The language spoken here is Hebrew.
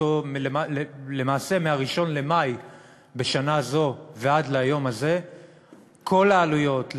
למעשה מ-1 במאי שנה זו ועד היום הזה כל העלויות,